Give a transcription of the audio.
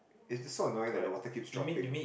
it's it's so annoying that the water keeps dropping